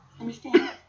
Understand